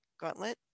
gauntlet